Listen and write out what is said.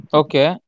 okay